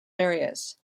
areas